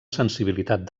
sensibilitat